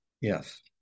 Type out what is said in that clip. Yes